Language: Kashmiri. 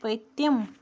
پٔتِم